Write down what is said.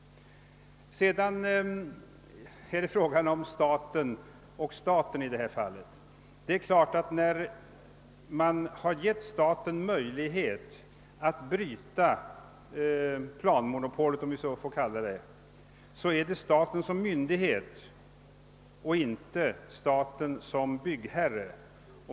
Vidare gäller det i detta fall begreppet staten. När man har gett staten möjlighet att bryta planmonopolen — vi kan kalla det så — gäller detta staten som myndighet och inte som byggherre.